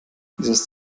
dieses